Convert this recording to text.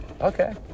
okay